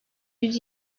yüz